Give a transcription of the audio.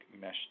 mesh